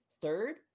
Third